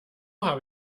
habe